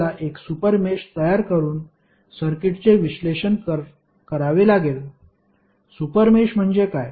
आपल्याला एक super mesh तयार करून सर्किटचे विश्लेषण करावे लागेल सुपर मेष म्हणजे